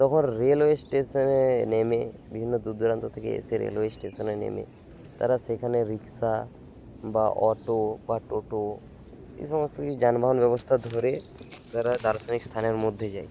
তখন রেলওয়ে স্টেশনে নেমে বিভিন্ন দূর দূরান্ত থেকে এসে রেলওয়ে স্টেশনে নেমে তারা সেখানে রিক্সা বা অটো বা টোটো এই সমস্ত কিছু যানবাহন ব্যবস্থা ধরে তারা দার্শনিক স্থানের মধ্যে যায়